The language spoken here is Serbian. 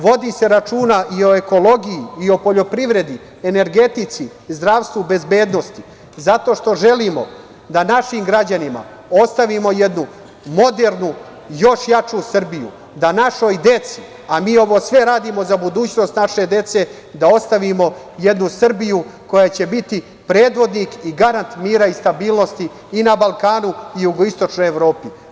Vodi se računa i o ekologiji i o poljoprivredi, energetici, zdravstvu, bezbednosti zato što želim da našim građanima ostavimo jednu modernu, još jaču Srbiju, da našoj deci, a mi sve ovo radimo za budućnost naše dece, ostavimo jednu Srbiju koja će biti predvodnik i garant mira i stabilnosti i na Balkanu i u jugoistočnoj Evropi.